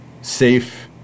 safe